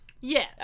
Yes